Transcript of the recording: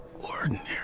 ordinary